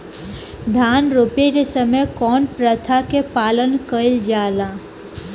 धान रोपे के समय कउन प्रथा की पालन कइल जाला?